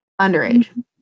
underage